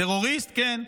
טרוריסט, כן.